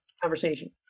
conversation